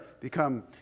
become